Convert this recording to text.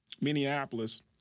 Minneapolis